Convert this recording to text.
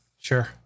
Sure